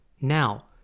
Now